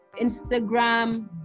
Instagram